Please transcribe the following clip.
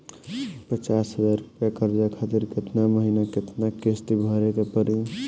पचास हज़ार रुपया कर्जा खातिर केतना महीना केतना किश्ती भरे के पड़ी?